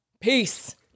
peace